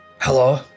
Hello